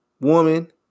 woman